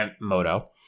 Moto